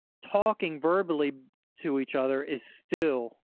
talking verbally to each other is still,